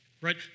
Right